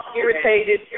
irritated